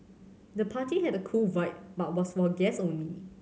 the party had a cool vibe but was for guests only